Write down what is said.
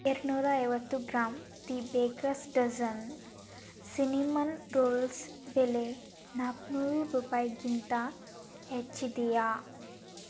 ಎರಡುನೂರ ಐವತ್ತು gram the baker's dozen cinnamon rolls ಬೆಲೆ ನಾಲ್ನೂರು ರೂಪಾಯಿಗಿಂತ ಹೆಚ್ಚಿದೆಯಾ